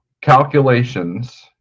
calculations